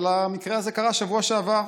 אבל המקרה הזה קרה בשבוע שעבר.